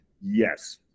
yes